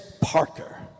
Parker